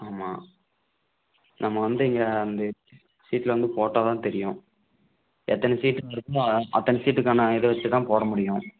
ஆமாம் நம்ம வந்து இங்கே அந்த ஷீட்டில் வந்து போட்டால் தான் தெரியும் எத்தனை ஷீட் இருக்குமோ அத்தனை ஷீட்டுக்கான இதை வைச்சி தான் போடமுடியும்